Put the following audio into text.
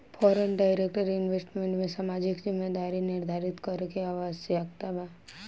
foreign direct investment में सामाजिक जिम्मेदारी निरधारित करे के आवस्यकता बा